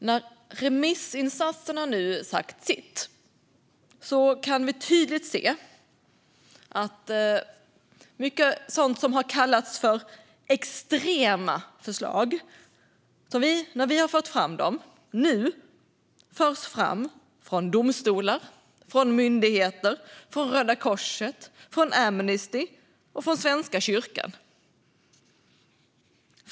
När remissinstanserna nu har sagt sitt kan vi tydligt se att förslag som har kallats extrema när vi har fört fram dem nu förs fram av domstolar, myndigheter, Röda Korset, Amnesty och Svenska kyrkan.